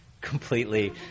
completely